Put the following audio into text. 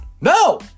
No